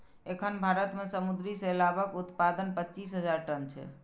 एखन भारत मे समुद्री शैवालक उत्पादन पच्चीस हजार टन छै